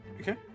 Okay